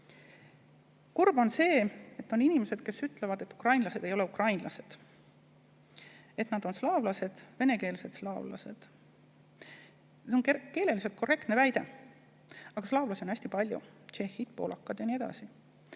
Kurb on see, et on inimesi, kes ütlevad, et ukrainlased ei ole ukrainlased, et nad on slaavlased, venekeelsed slaavlased. See on keele [mõttes] korrektne väide. Aga slaavlasi on hästi palju: tšehhid, poolakad ja nii edasi.